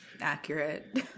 accurate